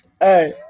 Hey